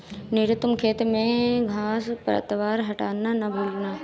नीरज तुम खेत में घांस पतवार हटाना ना भूलना